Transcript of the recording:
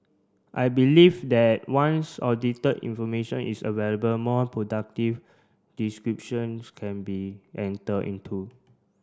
I believe that once audited information is available more productive descriptions can be enter into